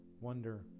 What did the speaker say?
wonder